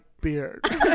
beard